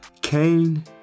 Cain